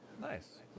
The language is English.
Nice